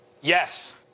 Yes